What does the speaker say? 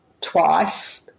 twice